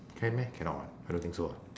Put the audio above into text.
can meh cannot [what] I don't think so ah